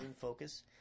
focus